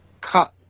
cut